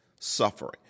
suffering